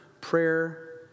prayer